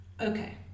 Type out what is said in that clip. Okay